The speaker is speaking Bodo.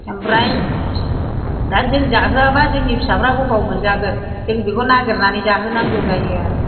ओमफ्राय दा जों जाहोआबा जोंनि फिसाफ्रा बबाव मोनजागोन जों बेखौ नागिरनानै जाहो नांगौ जायो आरो